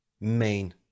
main